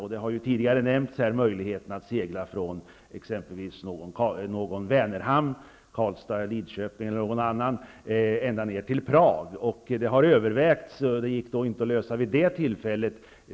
Här har tidigare nämnts möjligheten att segla från exempelvis någon Vänerhamn -- t.ex. Karlstad eller Lidköping -- och ända ned till Prag. Det har vidare övervägts direkttransporter på båt från Köping till Berlin.